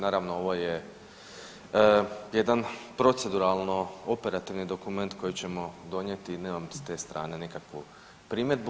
Naravno ovo je jedan proceduralno operativni dokument koji ćemo donijeti, nemam s te strane nikakvu primjedbu.